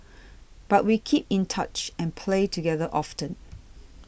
but we kept in touch and played together often